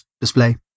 display